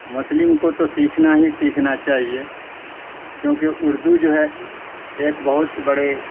مسلم کو تو سیکھنا ہی سیکھنا چاہیے کیونکہ اردو جو ہے ایک بہت بڑے